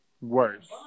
worse